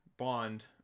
Bond